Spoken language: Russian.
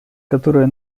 которой